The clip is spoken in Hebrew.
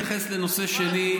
אני רוצה להתייחס לנושא שני.